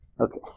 Okay